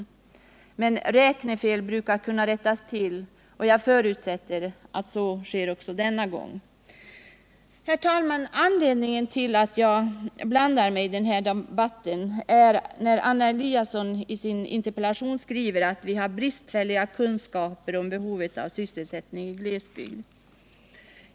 Men räknefel brukar kunna rättas till, och jag förutsätter att så sker också denna gång. Herr talman! Anledningen till att jag blandar mig i denna debatt är att Anna Eliasson skriver i sin interpellation att vi har bristfälliga kunskaper om behovet av sysselsättning i glesbygder.